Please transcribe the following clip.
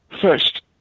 first